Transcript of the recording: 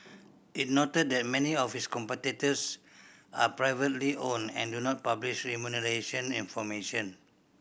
it noted that many of its competitors are privately owned and do not publish remuneration information